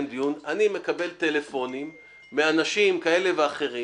דיון ואני מקבל טלפונים מאנשים כאלה ואחרים